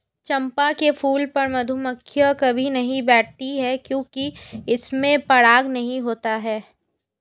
चंपा के फूल पर मधुमक्खियां कभी नहीं बैठती हैं क्योंकि इसमें पराग नहीं होता है